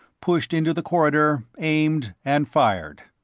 pushed into the corridor, aimed, and fired.